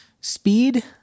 speed